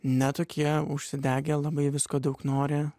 ne tokie užsidegę labai visko daug nori